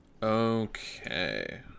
okay